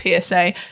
PSA